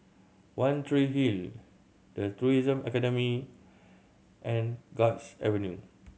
One Tree Hill The Tourism Academy and Guards Avenue